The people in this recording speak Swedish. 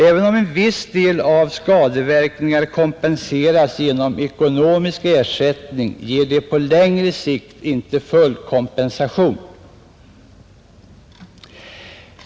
Även om en viss del av skadeverkningarna kompenseras genom ekonomisk ersättning, ger det på längre sikt inte full kompensation.